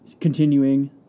Continuing